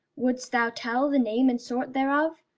wouldst thou tell the name and sort thereof,